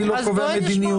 אני לא קובע מדיניות.